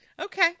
Okay